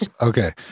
Okay